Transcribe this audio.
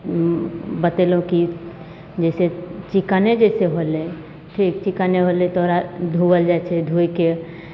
बतेलहुँ कि जैसे चिकने जैसे होलै ठीक चिकने होलै तऽ ओकरा धोअल जाइत छै धो के